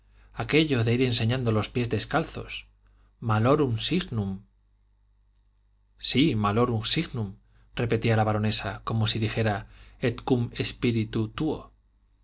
aquello de ir enseñando los pies descalzos malorum signum sí malorum signum repetía la baronesa como si dijera et